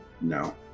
No